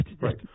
right